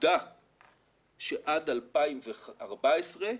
עובדה שעד 2014,